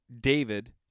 David